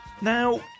Now